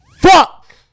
Fuck